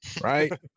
Right